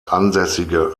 ansässige